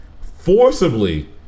forcibly